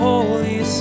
Holy